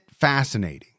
fascinating